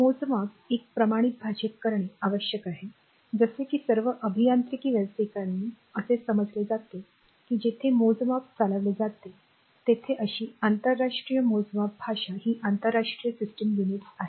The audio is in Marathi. मोजमाप एक प्रमाणित भाषेत करणे आवश्यक आहे जसे की सर्व अभियांत्रिकी व्यावसायिकांना असे समजले जाते की जेथे मोजमाप चालवले जाते तेथे अशी आंतरराष्ट्रीय मोजमाप भाषा ही आंतरराष्ट्रीय सिस्टम युनिट्स आहे